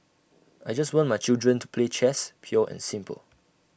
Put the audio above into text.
I just want my children to play chess pure and simple